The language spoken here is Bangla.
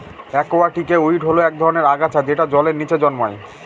একুয়াটিকে উইড হল এক ধরনের আগাছা যেটা জলের নীচে জন্মায়